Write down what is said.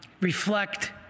reflect